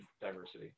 diversity